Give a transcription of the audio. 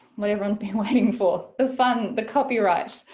what everyone's been waiting for. the fun, the copyright.